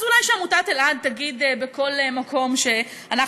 אז אולי שעמותת אלע"ד תגיד בכל מקום: אנחנו,